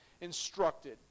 instructed